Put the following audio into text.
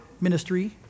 ministry